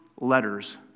letters